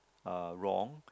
uh wrong